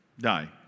die